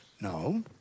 No